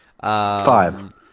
Five